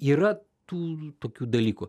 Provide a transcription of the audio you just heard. yra tų tokių dalykų